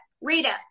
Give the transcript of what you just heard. Rita